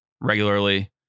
regularly